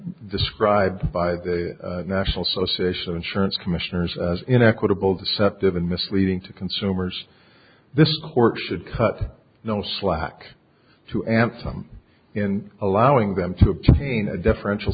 described by the national association of insurance commissioners as inequitable deceptive and misleading to consumers this court should cut no slack to anthem in allowing them to obtain a deferential